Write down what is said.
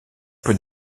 peut